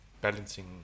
balancing